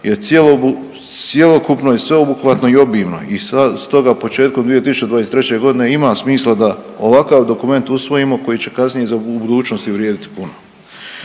je cjelokupno i sveobuhvatno i obilno i stoga početkom 2023.g. ima smisla da ovakav dokument usvojimo koji će kasnije za u budućnosti vrijediti puno.